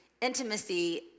intimacy